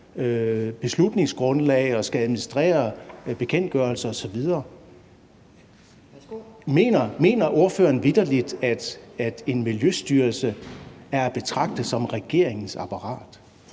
beslutningsgrundlag og skal administrere bekendtgørelser osv. Mener ordføreren vitterlig, at Miljøstyrelsen er at betragte som regeringens apparat?